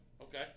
Okay